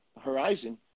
Horizon